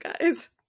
guys